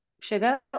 sugar